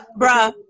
bruh